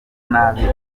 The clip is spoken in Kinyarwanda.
nabi